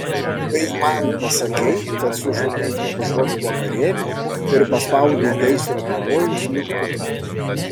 kai man pasakei kad sužlugdei gražuolių vakarėlį ir paspaudei gaisro pavojaus mygtuką